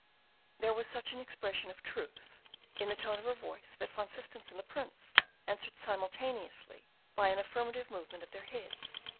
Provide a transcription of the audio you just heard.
there was such an expression of truth in the tone of her voice, that van systens and the prince answered simultaneously by an affirmative movement of their heads.